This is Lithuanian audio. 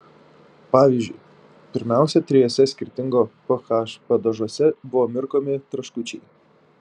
pavyzdžiui pirmiausia trijuose skirtingo ph padažuose buvo mirkomi traškučiai